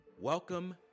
welcome